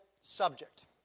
subject